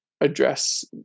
address